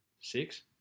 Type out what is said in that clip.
six